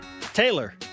Taylor